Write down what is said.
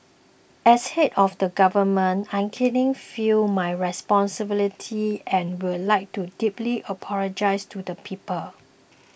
as head of the government I keenly feel my responsibility and would like to deeply apologise to the people